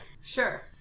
Sure